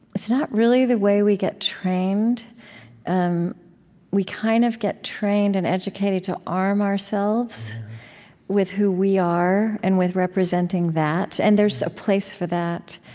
it's not really the way we get trained um we we kind of get trained and educated to arm ourselves with who we are and with representing that. and there's a place for that.